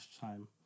time